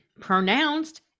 pronounced